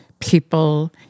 People